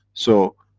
so,